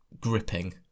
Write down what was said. gripping